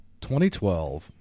2012